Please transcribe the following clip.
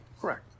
correct